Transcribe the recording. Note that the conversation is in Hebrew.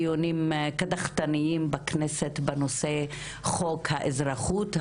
אלו דיונים קדחתניים בנושא חוק האזרחות,